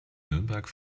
nürnberg